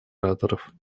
ораторов